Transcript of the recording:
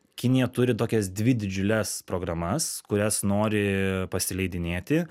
kinija turi tokias dvi didžiules programas kurias nori pasileidinėti